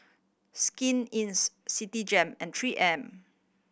Skin Citigem and Three M